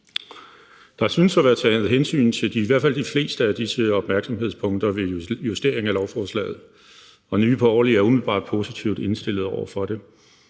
Der synes at være taget hensyn til i hvert fald de fleste af disse opmærksomhedspunkter ved justering af lovforslaget. Nye Borgerlige er umiddelbart positivt indstillet over for